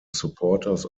supporters